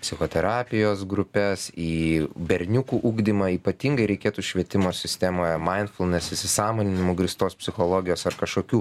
psichoterapijos grupes į berniukų ugdymą ypatingai reikėtų švietimo sistemoje mainfulnes įsisąmoninimu grįstos psichologijos ar kažkokių